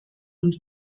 und